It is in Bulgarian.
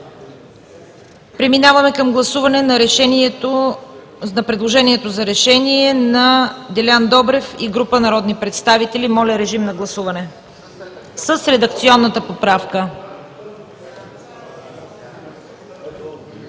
Преминаваме към гласуване на предложението за решение на Делян Добрев и група народни представители с редакционната поправка.